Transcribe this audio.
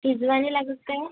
शिजवावी लागते काय